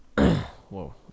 whoa